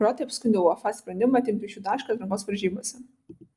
kroatai apskundė uefa sprendimą atimti iš jų tašką atrankos varžybose